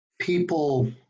people